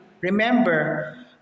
remember